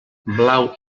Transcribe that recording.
blau